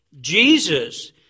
Jesus